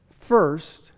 first